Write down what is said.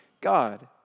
God